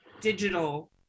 digital